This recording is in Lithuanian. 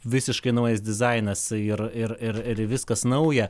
visiškai naujas dizainas ir ir ir viskas nauja